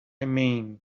mean